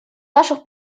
наших